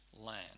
land